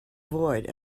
avoid